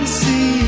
see